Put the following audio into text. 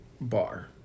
bar